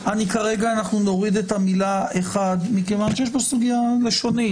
ואנחנו יודעים שלקראת קריאה שנייה-שלישית אנחנו צריכים לשנות את הנוסח.